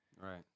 right